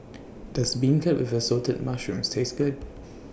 Does Beancurd with Assorted Mushrooms Taste Good